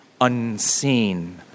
unseen